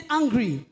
angry